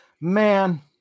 Man